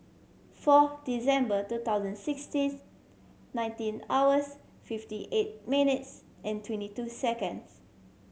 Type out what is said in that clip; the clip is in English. four December two thousand sixteens nineteen hours fifty eight minutes and twenty two seconds